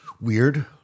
weird